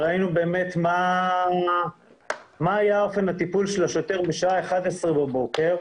ראינו באמת מה היה אופן הטיפול של השוטר בשעה אחת-עשרה בבוקר.